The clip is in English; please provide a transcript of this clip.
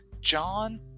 John